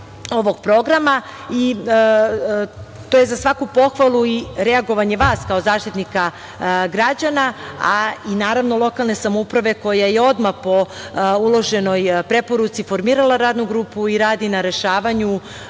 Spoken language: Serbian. ovog programa i to je za svaku pohvalu i reagovanje vas kao Zaštitnika građana, a i naravno lokalne samouprave koja je odmah po uloženoj preporuci formirala Radnu grupu i radi na rešavanju